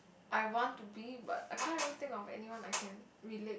I want to be but I can't really think of anyone I can relate